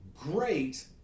great